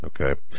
okay